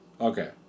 Okay